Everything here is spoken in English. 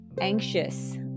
anxious